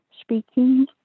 speaking